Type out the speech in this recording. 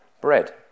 bread